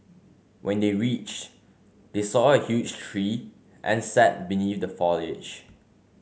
when they reached they saw a huge tree and sat beneath the foliage